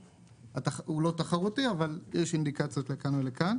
הוא לא תחרותי אבל יש אינדיקציות לכאן או לכאן.